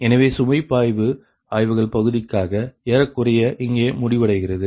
எனவே சுமை பாய்வு ஆய்வுகள் பகுதிக்காக ஏறக்குறைய இங்கே முடிவடைகிறது